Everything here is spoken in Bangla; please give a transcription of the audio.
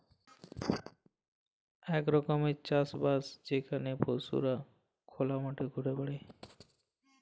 ইক রকমের চাষ বাস যেখালে পশুরা খলা মাঠে ঘুরে বেড়ায়